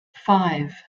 five